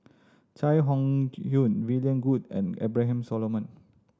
Chai Hon Yoong William Goode and Abraham Solomon